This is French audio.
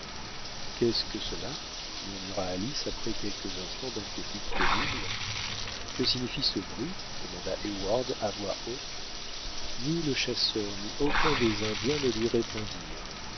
qu'est-ce que cela murmura alice après quelques instants d'inquiétude terrible que signifie ce bruit demanda heyward à voix haute ni le chasseur ni aucun des indiens ne lui répondirent